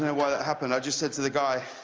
what happened i just said to the guy,